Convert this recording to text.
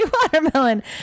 watermelon